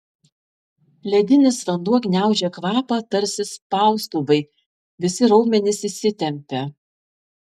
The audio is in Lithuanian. ledinis vanduo gniaužė kvapą tarsi spaustuvai visi raumenys įsitempė